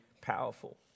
powerful